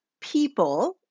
people